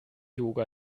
yoga